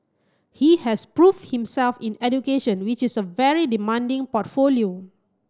he has proved himself in education which is a very demanding portfolio